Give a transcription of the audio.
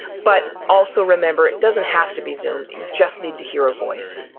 but also remember, it doesn't have to be zoom, you just need to hear a voice.